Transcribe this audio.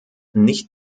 nicht